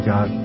God